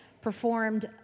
performed